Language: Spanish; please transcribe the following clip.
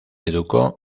educó